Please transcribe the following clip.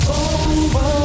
over